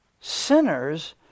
sinners